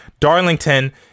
Darlington